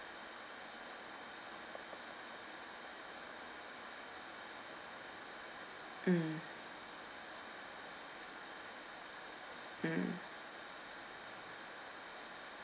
mm mm